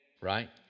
Right